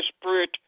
Spirit